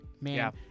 man